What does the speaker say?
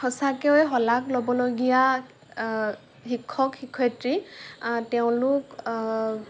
সঁচাকৈয়ে শলাগ ল'বলগীয়া শিক্ষক শিক্ষয়ত্ৰী তেওঁলোক